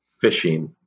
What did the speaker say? fishing